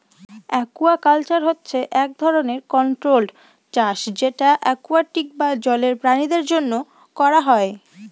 aquaculture হচ্ছে এক ধরনের কন্ট্রোল্ড চাষ যেটা একুয়াটিক বা জলের প্রাণীদের জন্য করা হয়